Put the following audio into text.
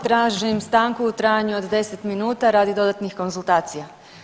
Tražim stanku u trajanju od 10 minuta radi dodatnih konzultacija.